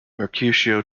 mercutio